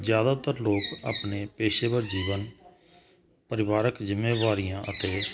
ਜਿਆਦਾਤਰ ਲੋਕ ਆਪਣੇ ਪੇਸ਼ੇਵਰ ਜੀਵਨ ਪਰਿਵਾਰਕ ਜਿੰਮੇਵਾਰੀਆਂ ਅਤੇ